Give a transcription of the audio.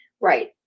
Right